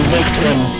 Victim